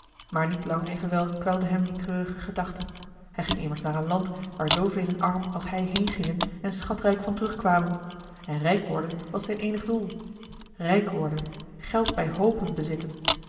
maar niet lang eli heimans willem roda evenwel kwelde hem die treurige gedachte hij ging immers naar een land waar zoovelen arm als hij heengingen en schatrijk van terug kwamen en rijk worden was zijn eenig doel rijk worden geld bij hoopen bezitten